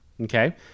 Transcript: Okay